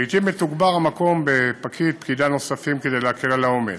לעתים מתוגבר המקום בפקיד או פקידה נוספים כדי להקל את העומס.